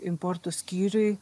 importo skyriui